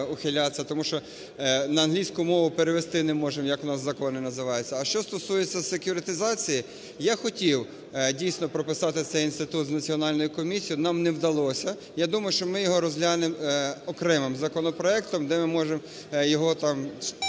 Тому що на англійську мову перевести не можемо, як у нас закони називаються. А що стосується сек'юритизації, я хотів дійсно прописати цей інститут з національною комісією. Нам не вдалося. Я думаю, що ми його розглянемо окремим законопроектом, де ми можемо його там